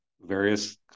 various